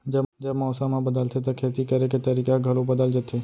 जब मौसम ह बदलथे त खेती करे के तरीका ह घलो बदल जथे?